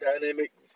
dynamic